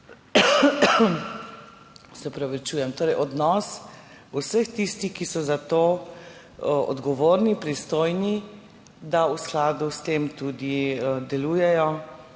tega. Torej odnos vseh tistih, ki so za to odgovorni, pristojni, da v skladu s tem tudi delujejo